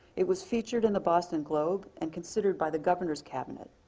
it was featured in the boston globe and considered by the governor's cabinet.